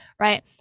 right